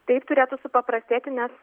taip turėtų supaprastėti nes